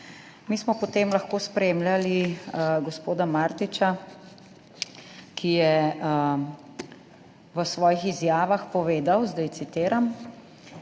Mi smo potem lahko spremljali gospoda Martića, ki je v svojih izjavah povedal, citiram: